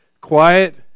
quiet